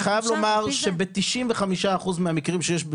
אני חייב לומר שב-95% מהמקרים שיש,